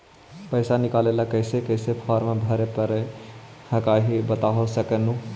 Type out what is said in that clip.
पैसा निकले ला कैसे कैसे फॉर्मा भरे परो हकाई बता सकनुह?